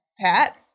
Pat